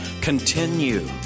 continue